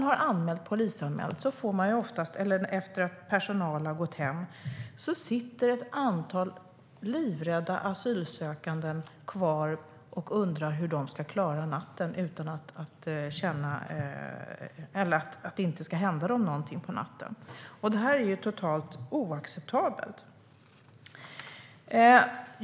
Men efter polisanmälan och efter det att personalen har gått hem sitter ett antal livrädda asylsökande kvar och undrar hur de ska klara natten utan att det ska hända dem något. Det är totalt oacceptabelt.